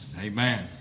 Amen